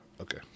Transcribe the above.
Okay